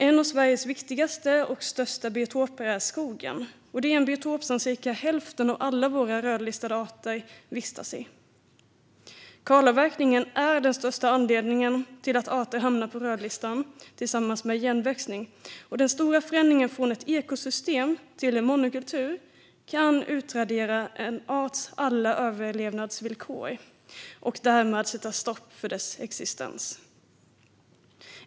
En av Sveriges viktigaste och största biotoper är skogen, och det är en biotop som ungefär hälften av våra rödlistade arter vistas i. Kalavverkningarna är den största anledningen till att arter hamnar på rödlistan, tillsammans med igenväxning, och den stora förändringen från ett ekosystem till en monokultur kan utradera en arts alla överlevnadsvillkor och därmed sätta stopp för dess existens.